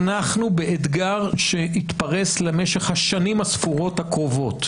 אנחנו באתגר שיתפרס למשך השנים הספורות הקרובות,